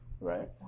right